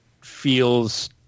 feels